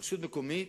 רשות מקומית